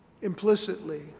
implicitly